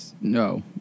No